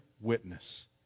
witness